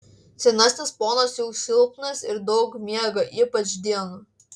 senasis ponas jau silpnas ir daug miega ypač dieną